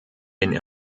den